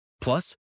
Plus